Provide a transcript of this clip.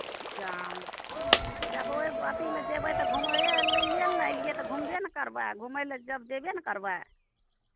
जब ओहि पट्टीमे जेबै तऽ घुमैए लेल ने एलियै तऽ घुमबे ने करबै घुमय लेल जब जेबे ने करबै